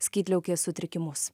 skydliaukės sutrikimus